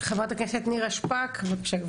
חברת הכנסת נירה שפק, בבקשה.